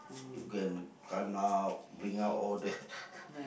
you go and climb up bring out all the